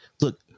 look